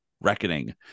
Reckoning